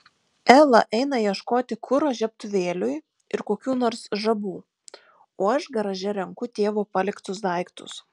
ela eina ieškoti kuro žiebtuvėliui ir kokių nors žabų o aš garaže renku tėvo paliktus daiktus